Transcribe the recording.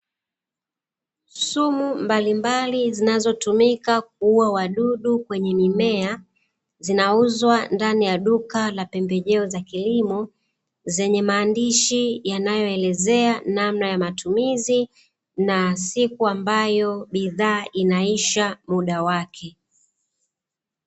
Sumu mbalimbali zinazotumika kuua wadudu kwenye mimea, zinauzwa ndani ya duka la pembejeo za kilimo, zenye maandishi yanayoelezea namna ya matumizi na siku ambayo bidhaa inaisha muda wake.